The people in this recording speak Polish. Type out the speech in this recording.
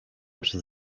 przez